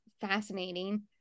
fascinating